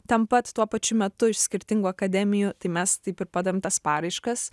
ten pat tuo pačiu metu iš skirtingų akademijų tai mes taip ir padavėm tas paraiškas